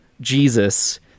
Jesus